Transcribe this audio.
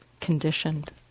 conditioned